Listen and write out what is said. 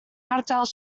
ardal